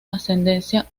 ascendencia